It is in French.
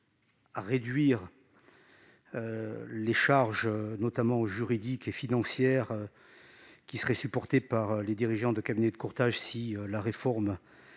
à réduire les charges, notamment juridiques et financières, qui seraient supportées par les dirigeants des cabinets de courtage si la réforme